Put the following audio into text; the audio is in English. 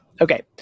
Okay